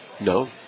No